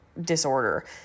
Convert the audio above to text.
disorder